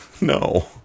No